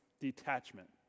detachment